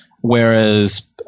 Whereas